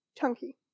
chunky